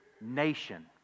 nation